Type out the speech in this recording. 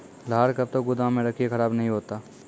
लहार कब तक गुदाम मे रखिए खराब नहीं होता?